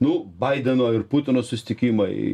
nu baideno ir putino susitikimai